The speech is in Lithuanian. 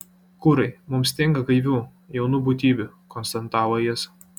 kūrai mums stinga gaivių jaunų būtybių konstatavo jis